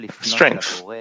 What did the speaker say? strength